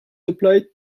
applied